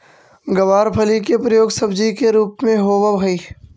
गवारफली के प्रयोग सब्जी के रूप में होवऽ हइ